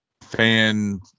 fan